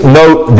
note